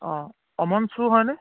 অঁ অমন চোৰ হয়নে